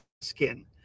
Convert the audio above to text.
skin